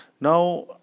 Now